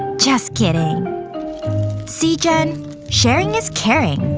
just kidding see jen sharing is caring